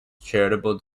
charitable